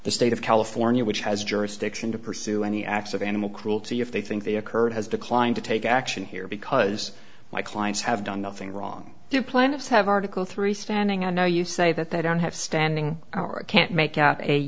the state of california which has jurisdiction to pursue any acts of animal cruelty if they think they occurred has declined to take action here because my clients have done nothing wrong there planets have article three standing and now you say that they don't have standing our can't make out